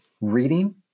reading